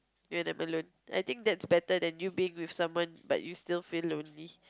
be alone I think that's better than you being with someone but you still feel lonely